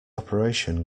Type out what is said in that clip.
operation